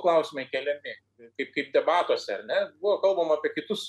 klausimai keliami kaip kaip debatuose ar ne buvo kalbama apie kitus